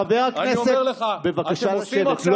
חבר הכנסת, בבקשה לשבת.